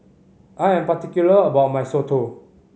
I am particular about my Soto